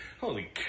Holy